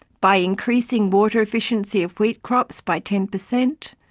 by increasing water efficiency of wheat crops by ten percent,